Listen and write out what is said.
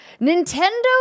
Nintendo